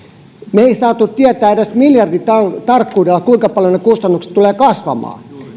me emme saaneet tietää edes miljarditarkkuudella kuinka paljon kustannukset tulevat kasvamaan